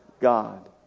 god